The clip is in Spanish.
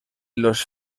los